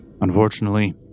unfortunately